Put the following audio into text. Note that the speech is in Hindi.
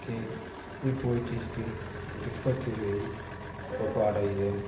कि वी कोई चीज़ की दिक़्क़त ही नहीं हो पा रही है